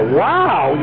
wow